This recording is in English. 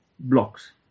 blocks